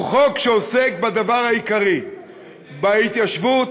הוא חוק שעוסק בדבר העיקרי: בהתיישבות,